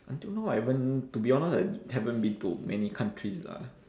until now I haven't to be honest I haven't been to many countries lah